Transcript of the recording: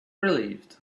relieved